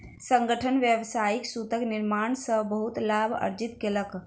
संगठन व्यावसायिक सूतक निर्माण सॅ बहुत लाभ अर्जित केलक